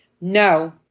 No